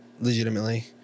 legitimately